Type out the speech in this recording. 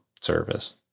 service